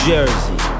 Jersey